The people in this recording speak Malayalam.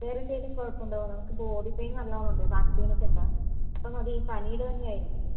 വേറെ എന്തെങ്കിലും കഴപ്പം ഉണ്ടാകുമോ നമുക്ക് ബോഡി പെയിൻ നല്ലവണ്ണം ഉണ്ട് ബാക്ക് പെയിൻ ഒക്കെ ഉണ്ട് അപ്പം അത് ഈ പനിയുടെ തന്നെ ആയിരിക്കില്ലെ